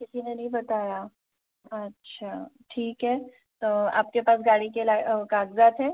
किसी ने नहीं बताया अच्छा ठीक है आपके पास गाड़ी के कागजात हैं